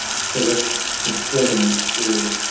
directs the swell ing war,